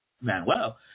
Manuel